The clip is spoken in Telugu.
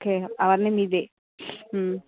ఓకే అవన్నీ మీదే